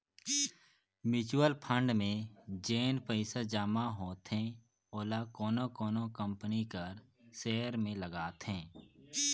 mutual fund में जेन पइसा जमा होथे ओला कोनो कोनो कंपनी कर सेयर में लगाथे